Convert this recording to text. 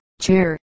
chair